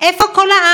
איפה כל העם?